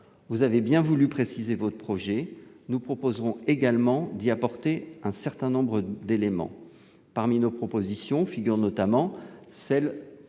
Vous avez bien voulu préciser votre projet, nous proposerons d'y ajouter un certain nombre d'éléments. Parmi nos propositions figure celle